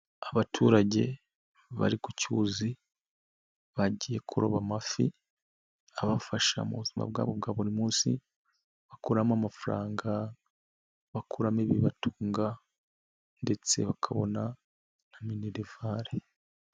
Abaturage bari ku cyuzi bagiye kuroba amafi abafasha mu buzima bwabo bwa buri munsi, bakuramo amafaranga, bakuramo ibibatunga ndetse bakabona na minerivari.